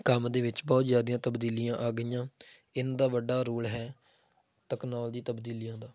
ਕੰਮ ਦੇ ਵਿੱਚ ਬਹੁਤ ਜ਼ਿਆਦਾ ਤਬਦੀਲੀਆਂ ਆ ਗਈਆਂ ਇਨਦਾ ਵੱਡਾ ਰੋਲ ਹੈ ਟੈਕਨੋਲੋਜੀ ਤਬਦੀਲੀਆਂ ਦਾ